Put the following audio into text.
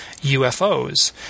UFOs